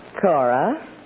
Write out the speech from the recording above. Cora